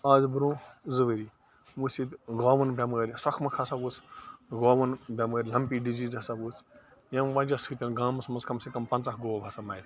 آز برٛونٛہہ زٕ ؤری ؤژھ ییٚتہِ گٲوَن بیٚمٲرۍ سَکھ مَکھ ہَسا ؤژھ گٲوَن بیٚمٲرۍ لَمپی ڈِزیٖز ہَسا ؤژھ ییٚمہِ وجہ سۭتۍ گامَس منٛز کَم سے کَم پنٛژاہ گٲو ہَسا مَرِ